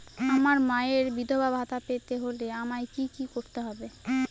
আমার মায়ের বিধবা ভাতা পেতে হলে আমায় কি কি করতে হবে?